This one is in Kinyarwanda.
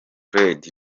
fred